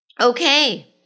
Okay